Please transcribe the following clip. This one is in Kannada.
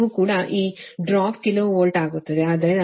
ಆದ್ದರಿಂದ VS 47